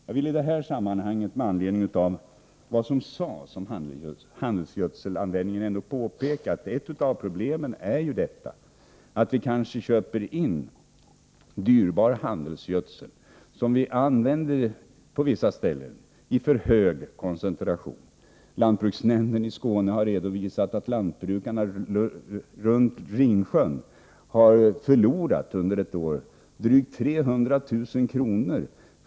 Jag vill i detta sammanhang, med anledning av vad som sades om handelsgödselsanvändningen, påpeka att ett av problemen är detta att vi kanske köper in dyrbar handelsgödsel som vi på vissa ställen använder i för hög koncentration. Lantbruksnämnden i Skåne har redovisat att lantbrukarna runt Ringsjön under ett år har förlorat drygt 300 000 kr.